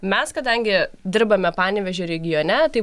mes kadangi dirbame panevėžio regione tai